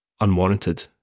unwarranted